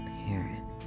parent